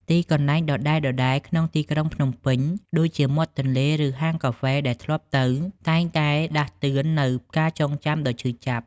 ទីកន្លែងដដែលៗក្នុងទីក្រុងភ្នំពេញ ដូចជាមាត់ទន្លេ ឬហាងកាហ្វេដែលធ្លាប់ទៅ តែងតែដាស់តឿននូវការចងចាំដ៏ឈឺចាប់។